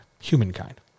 humankind